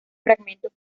fragmentos